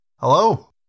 Hello